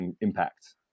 impact